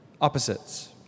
Opposites